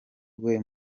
rwe